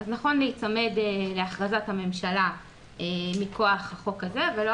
אז נכון להיצמד להכרזת הממשלה מכוח החוק הזה ולא